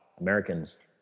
Americans